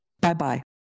Bye-bye